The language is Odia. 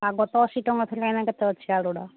ଆଗ ତ ଅଶୀ ଟଙ୍କା ଥିଲା ଏଇନା କେତେ ଅଛି ଆଳୁ ଗୁଡ଼ା